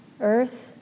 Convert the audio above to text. earth